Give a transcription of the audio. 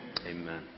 Amen